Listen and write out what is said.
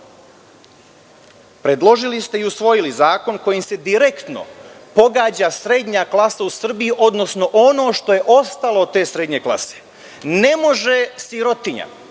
Predložili ste i usvojili zakon kojim se direktno pogađa srednja klasa u Srbiji, odnosno ono što je ostalo od te srednje klase. Ne može sirotinja